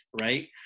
right